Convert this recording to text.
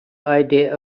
idea